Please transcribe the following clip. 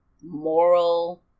moral